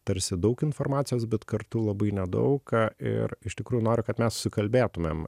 tarsi daug informacijos bet kartu labai nedaug ką ir iš tikrųjų noriu kad mes kalbėtumėm